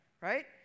right